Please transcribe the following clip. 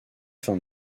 fin